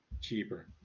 cheaper